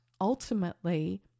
ultimately